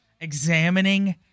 examining